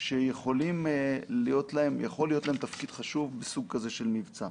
שיכול להיות להם תפקיד חשוב בסוג כזה של מבצע.